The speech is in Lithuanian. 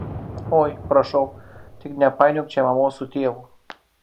oi prašau tik nepainiok čia mamos su tėvu